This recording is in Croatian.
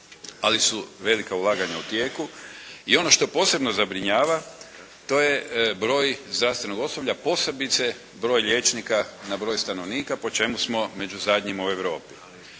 ali su velika ulaganja u tijeku i ono što posebno zabrinjava to je broj zdravstvenog osoblja posebice broj liječnika na broj stanovnika po čemu smo među zadnjima u Europi.